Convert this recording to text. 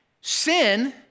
Sin